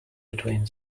between